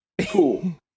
Cool